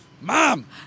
Mom